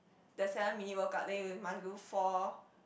the seven minute workout then you must do four